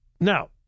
Now